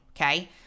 Okay